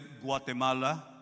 Guatemala